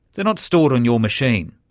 they're not stored on your machine.